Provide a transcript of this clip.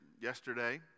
yesterday